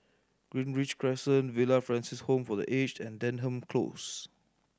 Greenridge Crescent Villa Francis Home for The Aged and Denham Close